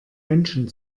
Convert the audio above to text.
menschen